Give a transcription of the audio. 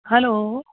hello